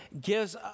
gives